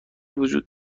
وجود